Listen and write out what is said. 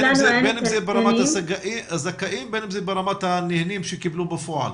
בין אם זה ברמת הזכאים ובין אם ברמת הנהנים שקיבלו בפועל.